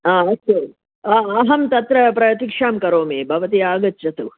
हा अस्तु हा अहं तत्र प्रतीक्षां करोमि भवती आगच्छतु